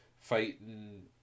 fighting